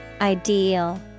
Ideal